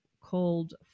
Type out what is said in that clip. called